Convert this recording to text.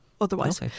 otherwise